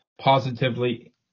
positively